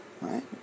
Right